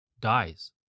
dies